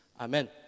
amen